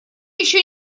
ещё